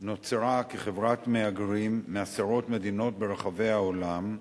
נוצרה כחברת מהגרים מעשרות מדינות ברחבי העולם.